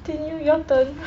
continue your turn